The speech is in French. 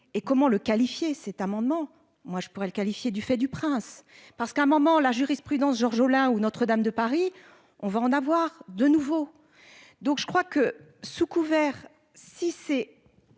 Et comment le qualifier cet amendement moi je pourrais qualifier du fait du prince. Parce qu'à un moment la jurisprudence Georges là où notre dame de Paris. On va en avoir de nouveau, donc je crois que sous couvert si c'est.